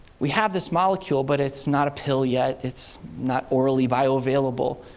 we have this molecule, but it's not a pill yet. it's not orally bioavailable.